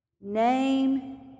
name